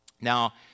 Now